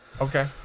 Okay